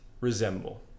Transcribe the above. resemble